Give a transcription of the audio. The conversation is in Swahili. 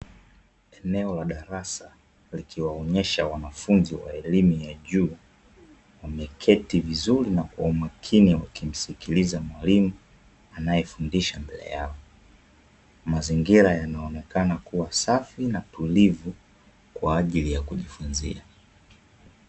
Eneo la darasa likiwaonyesha wanafunzi wa elimu ya juu, wameketi vizuri na kwa umakini wakimsikiliza mwalimu, anayefundisha mbele yao. Mazingira yanaonekana kuwa safi na tulivu kwa ajili ya kujifunzia.